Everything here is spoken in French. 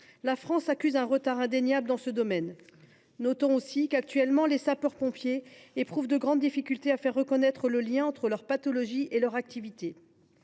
La France accuse un retard indéniable dans ce domaine. Notons aussi que les sapeurs pompiers rencontrent de grandes difficultés à faire reconnaître le lien entre leur pathologie et leur activité.